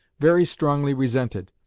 very strongly resented,